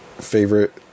favorite